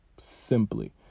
simply